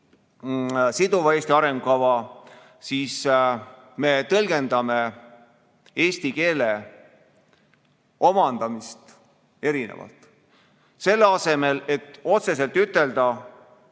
siduva Eesti arengukava, siis näeme, et me tõlgendame eesti keele omandamist erinevalt. Selle asemel et otse ütelda,